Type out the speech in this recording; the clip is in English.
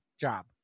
job